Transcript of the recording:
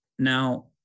Now